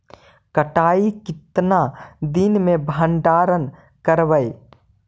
कटाई के कितना दिन मे भंडारन करबय?